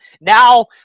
Now